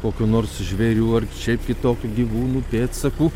kokių nors žvėrių ar šiaip kitokių gyvūnų pėdsakų